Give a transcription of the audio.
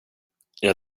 jag